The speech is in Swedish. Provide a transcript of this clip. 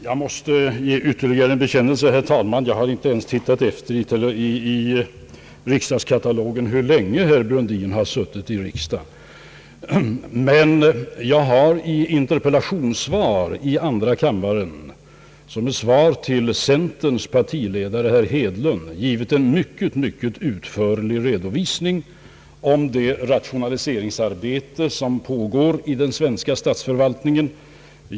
Jag måste göra ytterligare en bekännelse, herr talman! Jag har inte ens tittat efter i riksdagskatalogen, hur länge herr Brundin har suttit i riksdagen. Jag har nämligen tidigare i ett interpellationssvar i andra kammaren till centerns partiledare herr Hedlund givit en mycket utförlig redovisning av det rationaliseringsarbete som pågår i den svenska. statsförvaltningen..